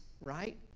right